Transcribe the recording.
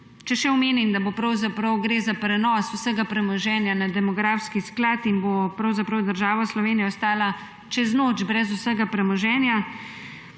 Če še omenim, da pravzaprav gre za prenos vsega premoženja na demografski sklad in bo država Slovenija ostala čez noč brez vsega premoženja,